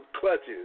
clutches